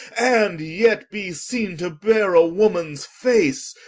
and yet be seene to beare a womans face?